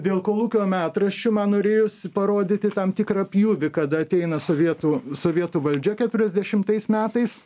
dėl kolūkio metraščių man norėjosi parodyti tam tikrą pjūvį kada ateina sovietų sovietų valdžia keturiasdešimtais metais